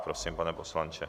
Prosím, pane poslanče.